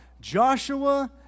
Joshua